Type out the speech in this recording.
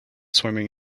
swimming